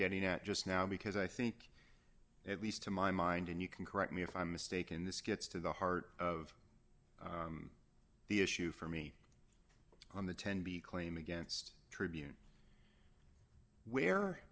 getting at just now because i think at least to my mind and you can correct me if i'm mistaken this gets to the heart of the issue for me on the ten b claim against tribune where